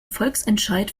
volksentscheid